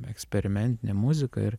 eksperimentinė muzika ir